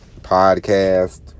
podcast